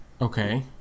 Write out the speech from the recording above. Okay